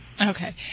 Okay